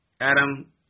Adam